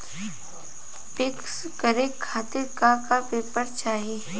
पिक्कस करे खातिर का का पेपर चाही?